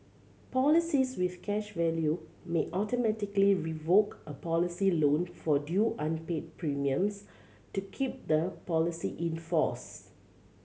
policies with cash value may automatically invoke a policy loan for due unpaid premiums to keep the policy in force